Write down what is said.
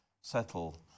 settle